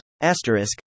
Asterisk